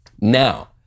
Now